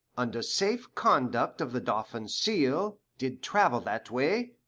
under safe conduct of the dauphin's seal, did travail that way,